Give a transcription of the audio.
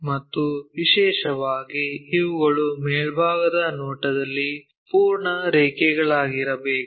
ಮತ್ತು ವಿಶೇಷವಾಗಿ ಇವುಗಳು ಮೇಲ್ಭಾಗದ ನೋಟದಲ್ಲಿ ಪೂರ್ಣ ರೇಖೆಗಳಾಗಿರಬೇಕು